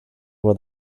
were